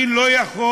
אני לא יכול